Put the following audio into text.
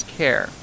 care